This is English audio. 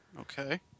Okay